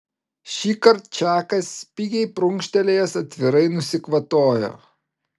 šįkart čakas spigiai prunkštelėjęs atvirai nusikvatojo